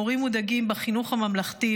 הורים מודאגים בחינוך הממלכתי,